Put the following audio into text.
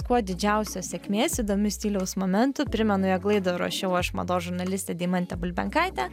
kuo didžiausios sėkmės įdomių stiliaus momentų primenu jog laidą ruošiau aš mados žurnalistė deimantė bulbenkaitė